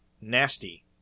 nasty